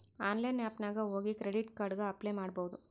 online app ನಾಗ್ ಹೋಗಿ credit card ಗ ಅಪ್ಲೈ ಮಾಡ್ಬೋದು